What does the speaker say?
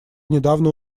недавно